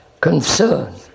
concern